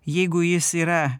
jeigu jis yra